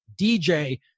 DJ